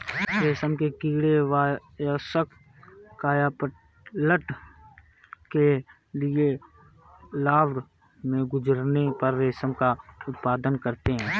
रेशम के कीड़े वयस्क कायापलट के लिए लार्वा से गुजरने पर रेशम का उत्पादन करते हैं